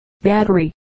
battery